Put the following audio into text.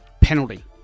Penalty